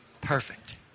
Perfect